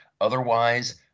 Otherwise